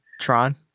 Tron